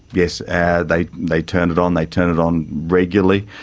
yes. and they they turn it on they turn it on regularly.